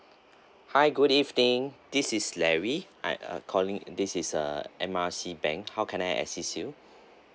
hi good evening this is larry I uh calling this is uh M_R_C bank how can I assist you